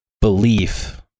belief